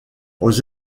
aux